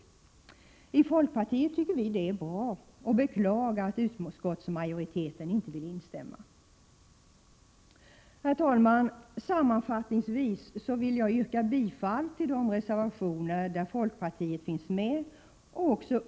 Vi i folkpartiet tycker att det är bra, och vi beklagar att utskottsmajoriteten inte vill instämma. Herr talman! Sammanfattningsvis yrkar jag bifall till de reservationer där folkpartiet finns med.